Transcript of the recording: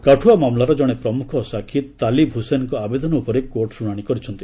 କାଠୁଆ ମାମଲାର ଜଣେ ପ୍ରମୁଖ ସାକ୍ଷୀ ତାଲିବ ହୁସେନଙ୍କ ଆବେଦନ ଉପରେ କୋର୍ଟ ଶୁଣାଣି କରିଛନ୍ତି